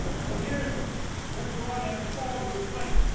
so here's what god as a father is like.